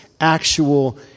actual